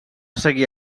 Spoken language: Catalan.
seguir